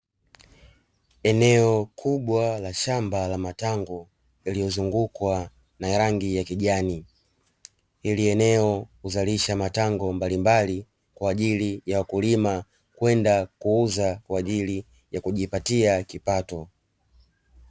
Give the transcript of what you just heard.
Eneo kubwa la shamba la matango yaliyozungukwa na ya rangi ya kijani hili eneo huzalisha matano mbalimbali kwa ajili ya wakulima kwenda kuuza kwa ajili ya kujipatia kipato.